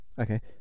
okay